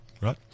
right